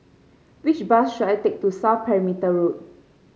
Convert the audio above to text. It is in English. which bus should I take to South Perimeter Road